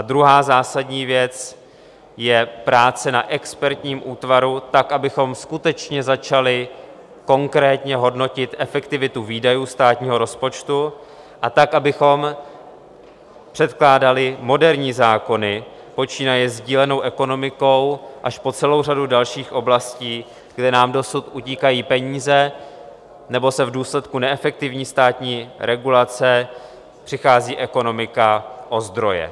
Druhá zásadní věc je práce na expertním útvaru tak, abychom skutečně začali konkrétně hodnotit efektivitu výdajů státního rozpočtu, a tak abychom předkládali moderní zákony, počínaje sdílenou ekonomikou až po celou řadu dalších oblastí, kde nám dosud utíkají peníze nebo v důsledku neefektivní státní regulace přichází ekonomika o zdroje.